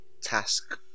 task